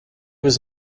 was